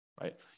right